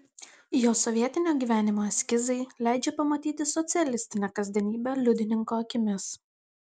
jo sovietinio gyvenimo eskizai leidžia pamatyti socialistinę kasdienybę liudininko akimis